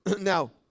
Now